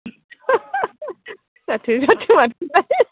जाथो जाथो माथोलै